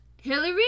Hillary